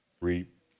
reap